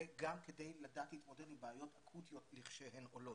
וגם כדי לדעת להתמודד עם בעיות אקוטיות לכשהן עולות.